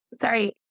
sorry